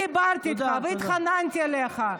דיברתי איתך והתחננתי אליך.